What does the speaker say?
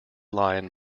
lion